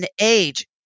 age